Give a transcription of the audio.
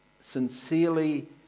sincerely